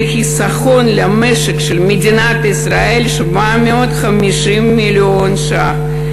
זה חיסכון למשק של מדינת ישראל של 750 מיליון ש"ח.